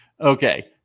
okay